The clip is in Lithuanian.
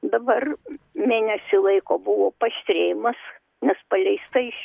dabar mėnesį laiko buvo paaštrėjimas nes paleista iš